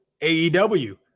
AEW